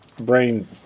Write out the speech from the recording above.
brain